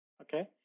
okay